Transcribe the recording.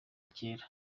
kera